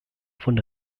von